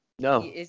No